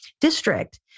district